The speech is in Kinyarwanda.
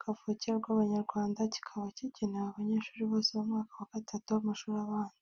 kavukire rw'Abanyarwanda, kikaba kigenewe abanyeshuri bo mu mwaka wa gatatu w’amashuri abanza.